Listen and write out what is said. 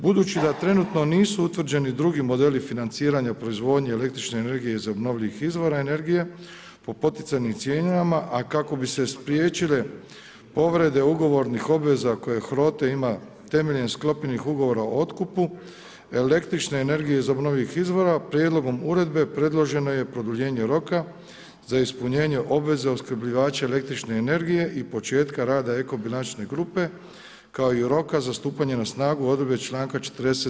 Budući da trenutno nisu utvrđeni drugi modeli financiranja proizvodnje električne energije iz obnovljivih izvora energije, po poticajnim cijenama, a kako bi se spriječile povrede ugovornih obveza koje HROTE ima temeljem sklopljenih ugovora o otkupu električne energije iz obnovljivih izvora, prijedlogom uredbe predloženo je produljenje roka za ispunjenje obveza opskrbljivača električne energije i početka rada Ekobilančne grupe kao i roka za stupanje na snagu odredbe čl. 40.